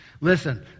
Listen